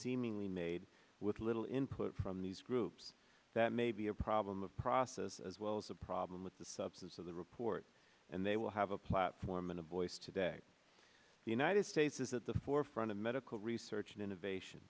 seemingly made with little input from these groups that may be a problem of process as well as a problem with the substance of the report and they will have a platform and a voice today the united states is at the forefront of medical research and innovation